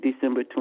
december